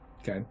Okay